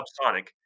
subsonic